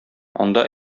анда